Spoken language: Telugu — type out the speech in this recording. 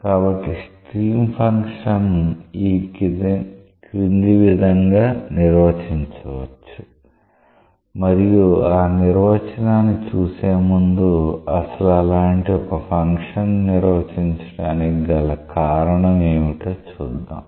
కాబట్టి స్ట్రీమ్ ఫంక్షన్ ఈ క్రింది విధంగా నిర్వచించవచ్చు మరియు ఆ నిర్వచనాన్ని చూసే ముందు అసలు అలాంటి ఒక ఫంక్షన్ ని నిర్వచించడానికి గల కారణం ఏమిటో చూద్దాం